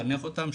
לחנך אותם,